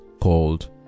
called